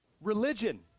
Religion